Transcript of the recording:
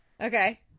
Okay